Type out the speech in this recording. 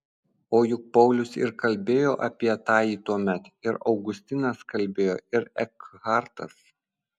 o juk paulius ir kalbėjo apie tąjį tuomet ir augustinas kalbėjo ir ekhartas